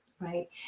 Right